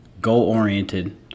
goal-oriented